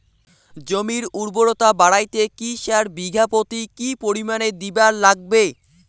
জমির উর্বরতা বাড়াইতে কি সার বিঘা প্রতি কি পরিমাণে দিবার লাগবে?